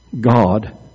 God